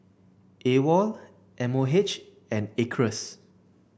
AWOL M O H and Acres